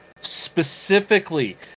specifically